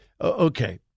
Okay